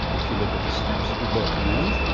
if you'll look at the steps we bought the land,